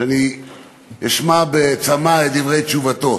שאני אשמע בצמא את דברי תשובתו.